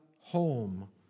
home